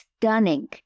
stunning